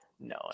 no